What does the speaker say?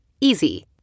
Easy